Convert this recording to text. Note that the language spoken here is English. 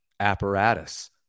apparatus